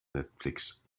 netflix